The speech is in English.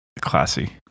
classy